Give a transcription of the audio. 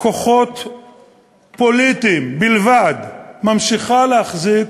כוחות פוליטיים בלבד, ממשיכה להחזיק